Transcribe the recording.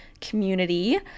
community